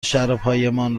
شرابهایمان